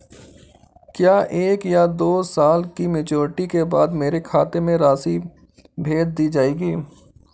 क्या एक या दो साल की मैच्योरिटी के बाद मेरे खाते में राशि भेज दी जाएगी?